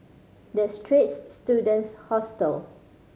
The Straits Students Hostel